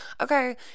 okay